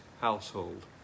household